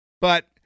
But-